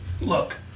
Look